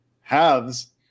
halves